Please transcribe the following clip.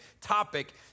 topic